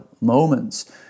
moments